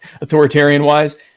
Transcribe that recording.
authoritarian-wise